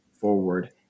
forward